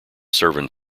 servant